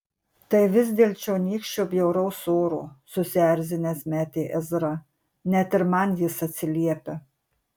tai vis dėl čionykščio bjauraus oro susierzinęs metė ezra net ir man jis atsiliepia